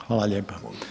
Hvala lijepa.